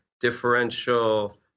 differential